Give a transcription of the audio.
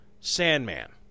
Sandman